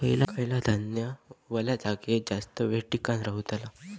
खयला धान्य वल्या जागेत जास्त येळ टिकान रवतला?